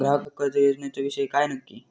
ग्राहक कर्ज योजनेचो विषय काय नक्की?